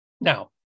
Now